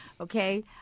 okay